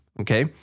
Okay